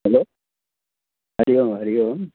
hello Hari Om Hari Om